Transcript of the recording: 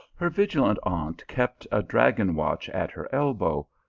her vigilant aunt kept a dragon-watch at her elbow,